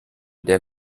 der